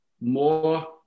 more